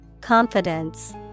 Confidence